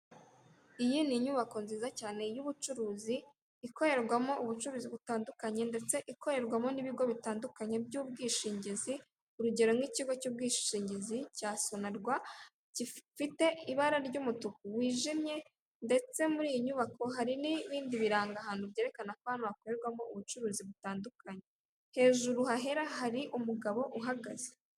Iyi ni inyubako nziza cyane y'ubucuruzi, ikorerwamo ubucuruzi butandukanye ndetse ikorerwamo n'ibigo bitandukanye by'ubwishingizi. Urugero nk'ikigo cy'ubwishingizi cya SONARWA gifite ibara ry'umutuku wijimye, ndetse muri iyi nyubako hari n'ibindi biranga ahantu byerekana ko hano hakorerwamo ubucuruzi butandukanye. Hejuru hahera hari umugabo uhagaze.